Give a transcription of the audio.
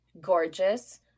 Gorgeous